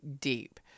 deep